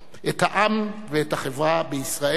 את העם ואת החברה בישראל.